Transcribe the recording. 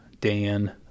Dan